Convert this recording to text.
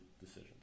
decision